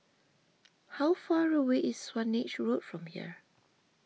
how far away is Swanage Road from here